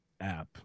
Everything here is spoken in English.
app